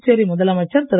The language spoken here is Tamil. புதுச்சேரி முதலமைச்சர் திரு